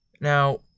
Now